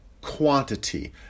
quantity